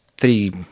three